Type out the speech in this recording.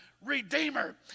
redeemer